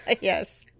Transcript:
yes